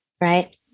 Right